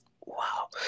Wow